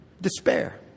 Despair